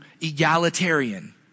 egalitarian